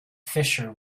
fissure